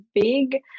big